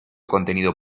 contenido